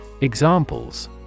Examples